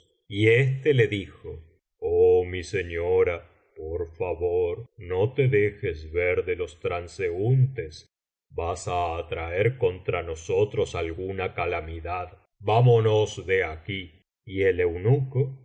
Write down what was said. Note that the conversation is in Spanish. y éste le dijo oh mi señora por favor no te dejes ver de los transeúntes vas á atraer contra nosotros alguna calamidad vamonos de aquí y el